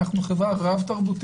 אנחנו חברה רב-תרבותית,